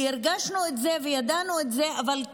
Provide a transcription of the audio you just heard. כי הרגשנו את זה וידענו את זה וקיבלנו